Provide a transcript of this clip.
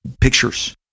pictures